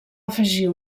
afegir